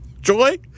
Joy